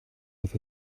off